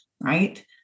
right